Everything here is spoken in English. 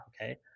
okay